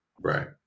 Right